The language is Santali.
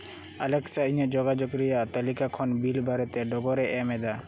ᱟᱞᱮᱠᱥᱟ ᱤᱧᱟᱹᱜ ᱡᱳᱜᱟᱡᱳᱜᱽ ᱨᱮᱭᱟᱜ ᱛᱟᱹᱞᱤᱠᱟ ᱠᱷᱚᱱ ᱵᱤᱞ ᱵᱟᱨᱮᱛᱮ ᱰᱚᱜᱚᱨᱮ ᱮᱢ ᱮᱫᱟ